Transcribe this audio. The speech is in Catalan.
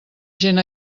gent